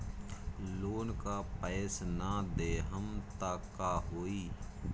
Loan का पैस न देहम त का होई?